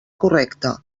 correcta